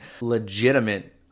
legitimate